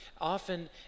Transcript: often